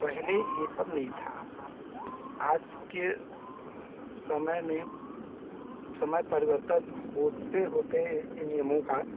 पहले यह सब नहीं था आज के समय में समय परिवर्तन होते होते यह नियमों का